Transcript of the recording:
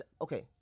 okay